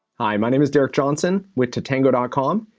hi, my name is derek johnson, with tatango ah com.